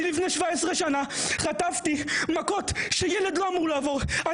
אני לפני 17 שנה חטפתי מכות שילד לא אמור לעבור,